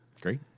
Great